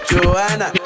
Joanna